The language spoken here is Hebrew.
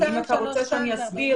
אם אתה רוצה שאני אסביר,